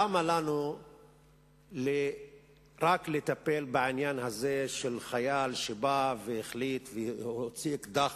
למה לנו רק לטפל בעניין הזה של חייל שבא והחליט להוציא אקדח